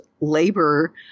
labor